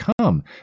come